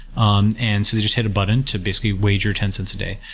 um and so they just hit a button to basically wage your ten cents a day,